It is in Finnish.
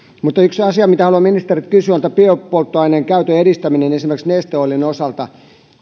mutta yksi asia mitä haluan ministeriltä kysyä on biopolttoaineiden käytön edistäminen esimerkiksi neste oilin osalta